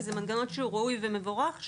כי זה מנגנון שהוא ראוי ומבורך,